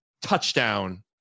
Touchdown